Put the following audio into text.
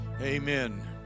Amen